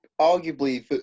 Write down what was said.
arguably